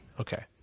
Okay